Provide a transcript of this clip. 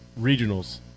regionals